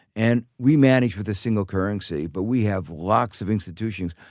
and we manage with a single currency, but we have lots of institutions.